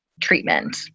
treatment